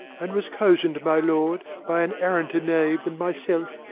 and was cozened, my lord, by an arranter knave than myself,